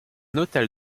hôtel